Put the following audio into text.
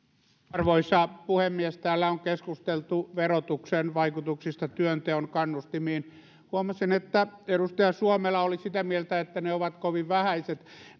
arvoisa puhemies täällä on keskusteltu verotuksen vaikutuksista työnteon kannustimiin huomasin että edustaja suomela oli sitä mieltä että ne ovat kovin vähäiset